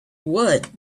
would